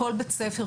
כל בית שנכנס,